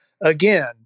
again